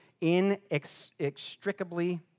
inextricably